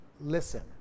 listen